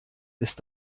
ist